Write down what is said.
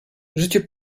życie